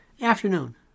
afternoon